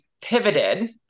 pivoted